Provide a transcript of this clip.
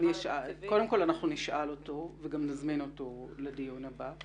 אנחנו נשאל אותו וגם נזמין אותו לדיון הבא.